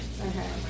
Okay